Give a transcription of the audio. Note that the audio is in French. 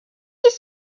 aussi